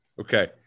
okay